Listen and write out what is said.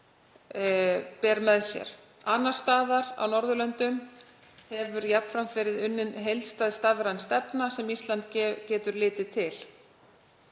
bera með sér. Annars staðar á Norðurlöndum hefur jafnframt verið unnin heildstæð stafræn stefna, sem Ísland getur litið til.